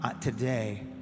Today